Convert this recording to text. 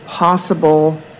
possible